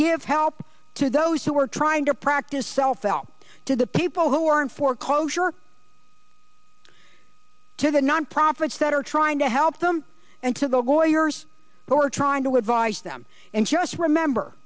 give help to those who are trying to practice self out to the people who are in foreclosure to the nonprofits that are trying to help them and to the lawyers who are trying to advise them and just remember